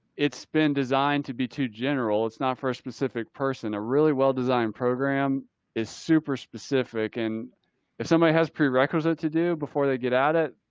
it's been designed to be too general. it's not for a specific person. a really well designed program is super specific. and if somebody has prerequisite to do before they get at it,